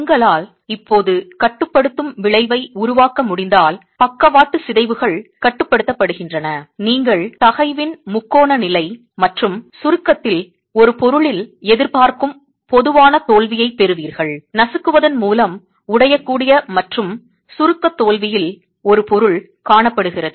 செங்கல் இப்போது கட்டுப்படுத்தும் விளைவை உருவாக்க முடிந்தால் பக்கவாட்டு சிதைவுகள் கட்டுப்படுத்தப்படுகின்றன நீங்கள் தகைவின் முக்கோண நிலை மற்றும் சுருக்கத்தில் ஒரு பொருளில் எதிர்பார்க்கும் பொதுவான தோல்வியைப் பெறுவீர்கள் நசுக்குவதன் மூலம் உடையக்கூடிய மற்றும் சுருக்க தோல்வியில் ஒரு பொருள் காணப்படுகிறது